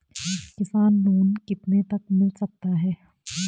किसान लोंन कितने तक मिल सकता है?